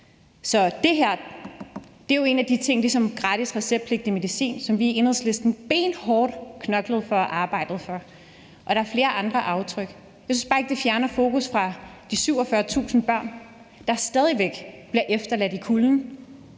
receptpligtig medicin, som vi i Enhedslisten benhårdt knoklede for og arbejdede for, og der er flere andre aftryk. Jeg synes bare ikke, det fjerner fokus fra de 47.000 børn, der stadig væk bliver efterladt i kulden,